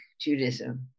Judaism